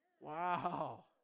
Wow